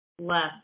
left